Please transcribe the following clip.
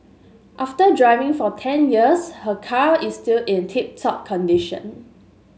after driving for ten years her car is still in tip top condition